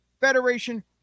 Federation